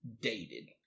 dated